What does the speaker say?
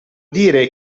dire